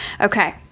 Okay